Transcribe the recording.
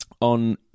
on